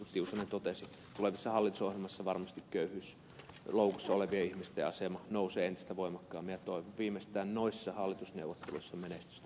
tiusanen totesi tulevissa hallitusohjelmissa varmasti köyhyysloukussa olevien ihmisten asema nousee esiin entistä voimakkaammin ja viimeistään noissa hallitusneuvotteluissa menestystä tälle aloitteelle